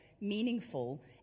meaningful